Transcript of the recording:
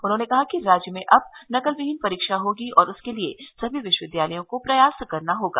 उन्होंने कहा कि राज्य में अब नकलविहीन परीक्षा होगी और उसके लिए सभी विश्वविद्यालयों को प्रयास करना होगा